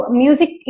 music